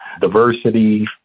diversity